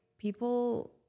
People